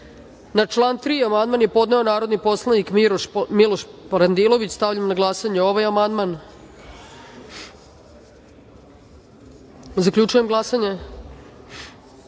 član 7. amandman je podneo narodni poslanik Miloš Parandilović. Stavljam na glasanje amandman. Zaključujem glasanje: